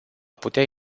putea